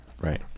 Right